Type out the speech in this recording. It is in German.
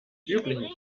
üblichen